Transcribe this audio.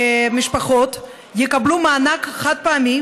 משפחות יקבלו מענק חד-פעמי